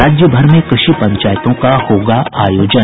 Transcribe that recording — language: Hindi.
राज्यभर में कृषि पंचायतों का होगा आयोजन